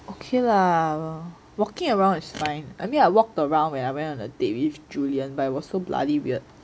okay lah walking around is fine I mean I walked around when I went on a date with julian but it was so bloody weird